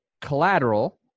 collateral